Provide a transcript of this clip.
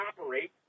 operate